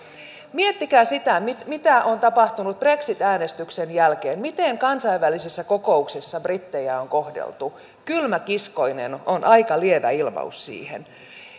miettikää sitä mitä mitä on tapahtunut brexit äänestyksen jälkeen miten kansainvälisissä kokouksissa brittejä on kohdeltu kylmäkiskoisesti on on aika lievä ilmaus siihen